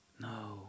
No